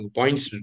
points